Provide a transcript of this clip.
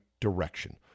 direction